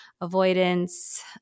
avoidance